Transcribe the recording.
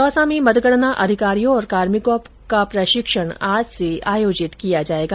दौसा में मतगणना अधिकारियों और कार्मिकों का प्रशिक्षण आज से आयोजित किया जायेगा